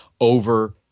over